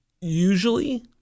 usually